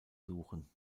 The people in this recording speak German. suchen